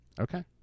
Okay